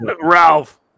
Ralph